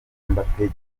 mbappe